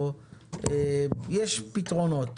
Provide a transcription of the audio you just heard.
יש פתרונות.